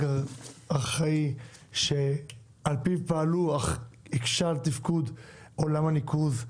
ארכאי שעל פיו פעלו אך הקשה על תפקוד עולם הניקוז.